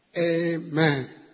Amen